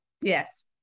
Yes